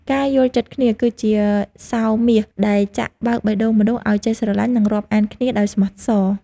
ការយល់ចិត្តគ្នា គឺជាសោរមាសដែលចាក់បើកបេះដូងមនុស្សឱ្យចេះស្រឡាញ់ និងរាប់អានគ្នាដោយស្មោះសរ។